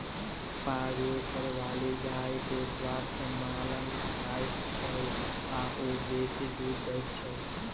पागुर करयबाली गाय के स्वस्थ मानल जाइत छै आ ओ बेसी दूध दैत छै